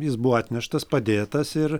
jis buvo atneštas padėtas ir